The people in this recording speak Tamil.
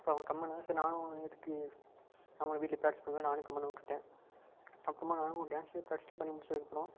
அப்போ அவங்க கம்முன்னு சரி நானும் எதுக்கு நம்மளே வீட்டில் ப்ராக்டிஸ் பண்ணிக்கலான்னு நானும் கம்முன்னு விட்டுட்டேன் அப்புறமா நானும் ஒரு டேன்ஸு ப்ராக்டிஸ்லாம் பண்ணி முடிச்சத்துக்கப்புறம்